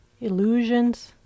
illusions